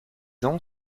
ans